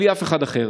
בלי אף אחד אחר,